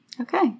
Okay